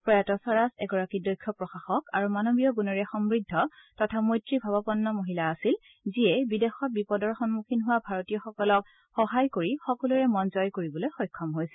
প্ৰয়াত স্বৰাজ এগৰাকী দক্ষ প্ৰশাসক আৰু মানৱীয় গুণেৰে সমূদ্ধ তথা মৈত্ৰী ভাৱাপন্ন ব্যক্তি আছিল যিয়ে বিদেশত বিপদৰ সন্মুখীন হোৱা ভাৰতীয়সকলক সহায় কৰি সকলোৰে মন জয় কৰিবলৈ সক্ষম হৈছিল